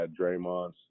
Draymond